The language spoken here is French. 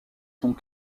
sont